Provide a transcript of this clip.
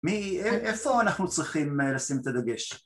מ... איפה אנחנו צריכים לשים את הדגש?